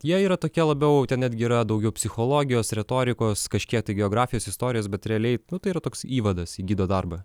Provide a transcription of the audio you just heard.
jie yra tokie labiau ten netgi yra daugiau psichologijos retorikos kažkiek tai geografijos istorijos bet realiai nu tai yra toks įvadas į gido darbą